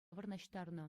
вырнаҫтарнӑ